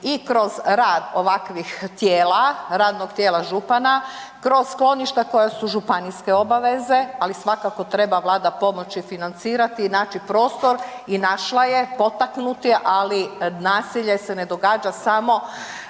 i kroz rad ovakvih tijela, radnog tijela župana, kroz skloništa koja su županijske obaveze. Ali svakako treba Vlada pomoći financirati i naći prostor i našla je, potaknuti ali nasilje se ne događa samo